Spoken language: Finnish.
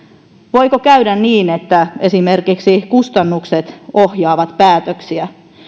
voiko käydä niin että esimerkiksi kustannukset ohjaavat päätöksiä